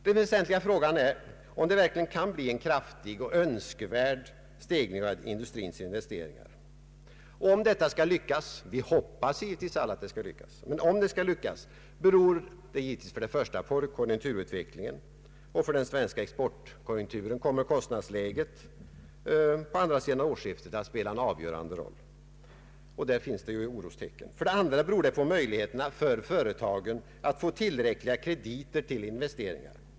Den väsentliga frågan är om det verkligen kan bli en kraftig och önskvärd stegring av industrins investeringar. Om detta skall lyckas — vilket vi givetvis alla hoppas — beror för det första på konjunkturutvecklingen, och för den svenska exportkonjunkturen kommer kostnadsläget på andra sidan årsskiftet att spela en avgörande roll. Där finns det orostecken. För det andra beror det på möjligheterna för företagen att få tillräckliga krediter till investeringar.